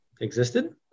existed